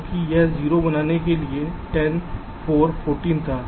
क्योंकि यह 0 बनाने के लिए 10 4 14 था